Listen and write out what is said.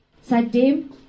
Seitdem